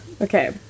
Okay